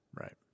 Right